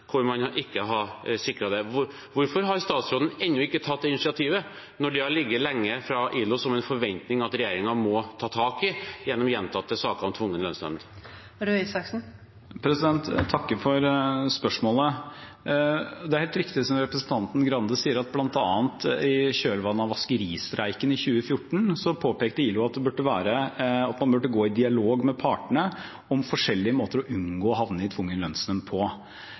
hvor man ikke hadde sikret det. Hvorfor har statsråden ennå ikke tatt det initiativet, når det lenge har ligget som en forventning fra ILO at regjeringen må ta tak i dette, gjennom gjentatte saker om tvungen lønnsnemnd. Jeg takker for spørsmålet. Det er helt riktig, som representanten Grande sier, at bl.a. i kjølvannet av vaskeristreiken i 2014 påpekte ILO at man burde gå i dialog med partene om forskjellige måter å unngå å havne i tvungen lønnsnemnd på.